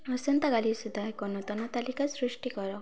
ଆସନ୍ତାକାଲି ସୁଦ୍ଧା ଏକ ନୂତନ ତାଲିକା ସୃଷ୍ଟି କର